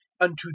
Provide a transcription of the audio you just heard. unto